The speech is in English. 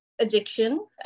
addiction